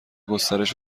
گسترش